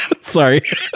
Sorry